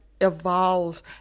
evolve